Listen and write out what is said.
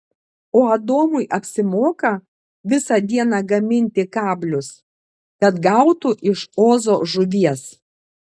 o adomui apsimoka visą dieną gaminti kablius kad gautų iš ozo žuvies